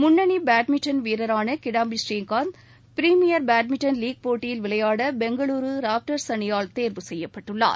முன்னணி பேட்மிண்ட்டன் வீரரான Kidambi Srikanth premier badminton league போட்டியில் விளையாட பெங்களூரு ராப்டர்ஸ் அணியால் தேர்வு செய்யப்பட்டுள்ளார்